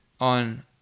on